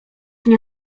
nie